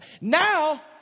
Now